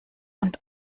und